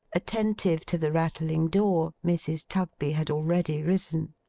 attentive to the rattling door, mrs. tugby had already risen.